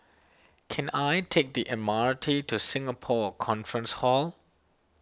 can I take the M R T to Singapore Conference Hall